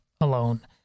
alone